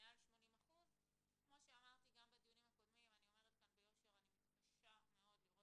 מעל 80%. אני אומרת ביושר אני מתקשה מאוד לראות